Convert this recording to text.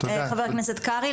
חבר הכנסת קרעי,